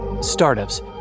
Startups